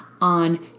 on